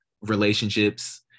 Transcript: relationships